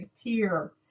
appear